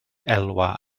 elwa